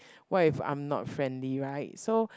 what if I'm not friendly right so